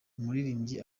umuririmbyi